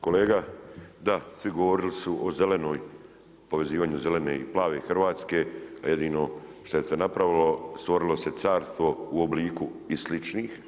Kolega da, svi govorili su o zelenoj, povezivanju zelene i plave Hrvatske, a jedino što se je napravilo, stvorilo se carstvo u obliku i sličnih.